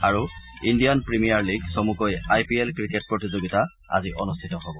আৰু Indian Premier League চমুকৈ I P L cricket প্ৰতিযোগিতা আজি অনুষ্ঠিত হব